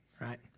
right